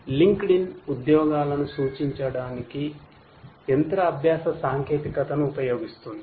LinkedIn ఉద్యోగాలను సూచించడానికి యంత్ర అభ్యాస పద్ధతిని ఉపయోగిస్తుంది